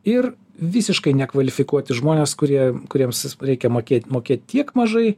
ir visiškai nekvalifikuoti žmonės kurie kuriems reikia mokėt mokėt tiek mažai